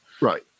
Right